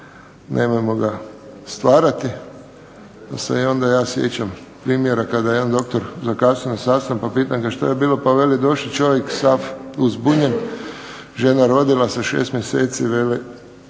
nemojmo ga stvarati. Pa se i onda ja sjećam primjera kada je jedan doktor zakasnio na sastanak, pa pitam ga što je bilo, pa veli došel čovjek sav uzbunjen, žena rodila sa 6 mjeseci, veli,